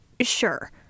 sure